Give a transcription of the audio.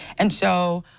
and so,